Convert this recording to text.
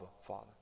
father